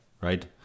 right